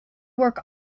work